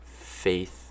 faith